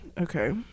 okay